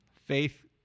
Faith